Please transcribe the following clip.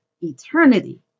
eternity